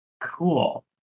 Cool